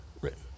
written